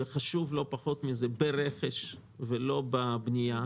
וחשוב לא פחות מזה: ברכש ולא בבנייה.